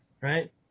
right